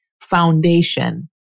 foundation